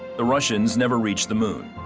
the russians never reached the moon.